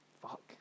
fuck